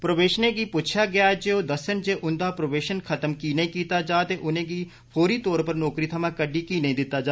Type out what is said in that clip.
प्रोवेशनरें गी पुच्छेआ गेदा ऐ जे ओह् दस्सन जे उंदा प्रोवेशन खत्म कीह् नेई कीता जा ते उनेंगी गी फौरी तौर पर नौकरी थमां कड्डी कीह् नेईं दित्ता जा